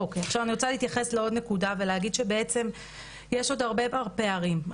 אני רוצה להתייחס לעוד נקודה ולהגיד שיש עוד הרבה פערים.